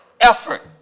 effort